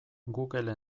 google